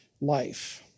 life